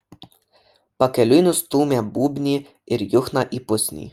pakeliui nustūmė būbnį ir juchną į pusnį